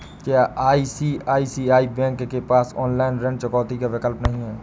क्या ICICI bank के पास ऑनलाइन ऋण चुकौती का विकल्प नहीं है?